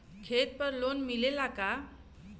खेत पर लोन मिलेला का?